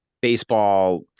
Baseball